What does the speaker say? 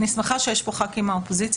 אני שמחה שיש פה חברי כנסת מהאופוזיציה,